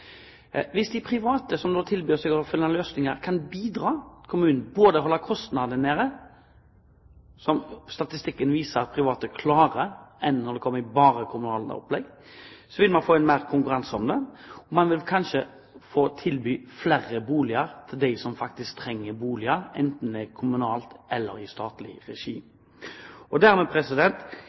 Hvis de private, som nå tilbyr seg å finne løsninger, kan bistå kommunen og holde kostnadene nede, som statistikken viser at private klarer, i forhold til når det bare er kommunale opplegg, vil man få mer konkurranse, og man vil kanskje få flere boliger å tilby dem som faktisk trenger boliger, enten det er i kommunal eller i statlig regi. Det har vært utgangspunktet for det forslaget som Høyre, Fremskrittspartiet og